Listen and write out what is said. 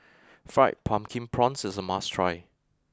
Fried Pumpkin Prawns is a must try